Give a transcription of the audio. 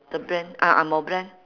the brand ah angmoh brand